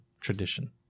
tradition